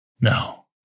No